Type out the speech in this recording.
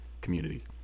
communities